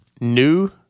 New